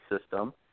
system